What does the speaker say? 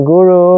Guru